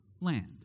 land